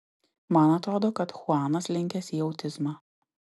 man atrodo kad chuanas linkęs į autizmą